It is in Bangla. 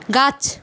গাছ